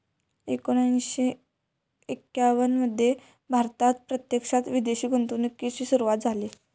एकोणीसशे एक्याण्णव मध्ये भारतात प्रत्यक्षात विदेशी गुंतवणूकीची सुरूवात झाली